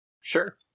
Sure